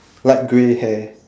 light grey hair